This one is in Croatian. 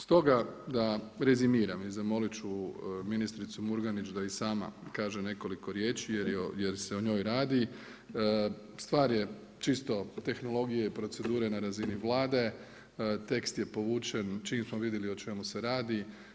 Stoga da rezimiram i zamolit ću ministricu Murganić da i sama kaže nekoliko riječi jer se o njoj radi, stvar je čisto tehnologije i procedure na razini Vlade, tekst je povučen čim smo vidjeli o čemu se radi.